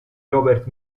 robert